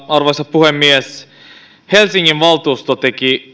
arvoisa puhemies helsingin valtuusto teki